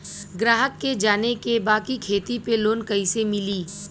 ग्राहक के जाने के बा की खेती पे लोन कैसे मीली?